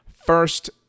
first